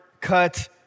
cut